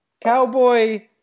Cowboy